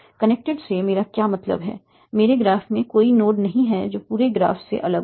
connected से मेरा क्या मतलब है मेरे ग्राफ में कोई नोड नहीं है जो पूरे ग्राफ से अलग हो